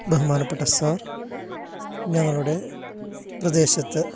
ബഹുമാനപ്പെട്ട സാർ ഞങ്ങളുടെ പ്രദേശത്ത്